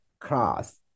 Class